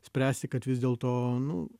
spręsti kad vis dėlto nu